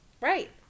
Right